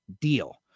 deal